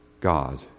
God